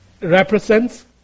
represents